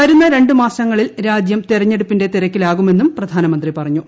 വരുന്ന രണ്ടുമാസങ്ങളിൽ രാജ്യം തെരഞ്ഞെടുപ്പിന്റെ തിരക്കിലാകുമെന്നും പ്രധാനമന്ത്രി പറഞ്ഞു